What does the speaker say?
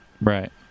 Right